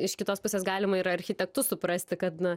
iš kitos pusės galima ir architektus suprasti kad na